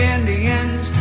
Indians